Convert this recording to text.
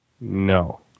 No